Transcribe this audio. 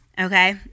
okay